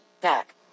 Back